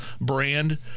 brand